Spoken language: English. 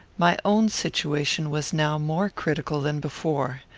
my own situation was now more critical than before.